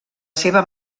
seva